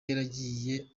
yaragiye